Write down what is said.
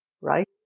Right